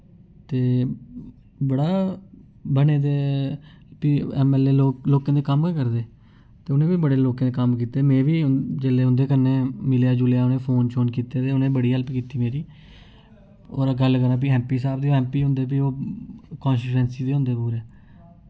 ते बड़ा बने दे फ्ही ऐम्मऐल्लए लोक लोकें दे कम्म गै करदे ते उ'नें बी बड़े लोकें दे कम्म कीते में बी जेल्लै उं'दे कन्नै मिलेआ जुलेआ उ'नें फोन शोन कीते ते उ'नें बड़ी हैल्प कीती मेरी और गल्ल करां फ्ही ऐम्मपी साह्ब दी ऐम्मपी होंदे फ्ही ओह् कंस्टीट्यूएंसी दे होंदे पूरे